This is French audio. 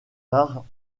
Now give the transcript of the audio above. arts